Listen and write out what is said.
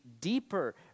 deeper